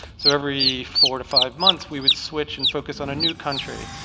so every four to five months we would switch and focus on a new country.